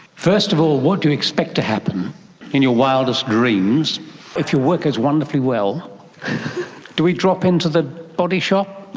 first of all, what do you expect to happen in your wildest dreams if your work does wonderfully well do we drop into the body shop?